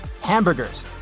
hamburgers